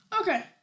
Okay